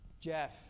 Jeff